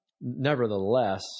nevertheless